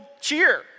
cheer